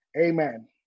Amen